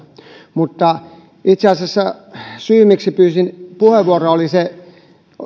itse asiassa syy miksi pyysin puheenvuoroa oli se